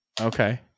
Okay